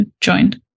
joined